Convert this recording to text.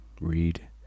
read